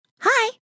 Hi